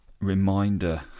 reminder